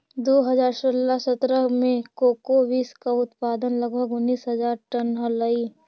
दो हज़ार सोलह सत्रह में कोको बींस का उत्पादन लगभग उनीस हज़ार टन हलइ